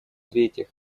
третьих